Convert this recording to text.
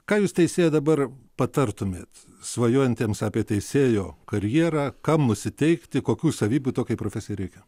ką jūs teisėja dabar patartumėt svajojantiems apie teisėjo karjerą kam nusiteikti kokių savybių tokiai profesijai reikia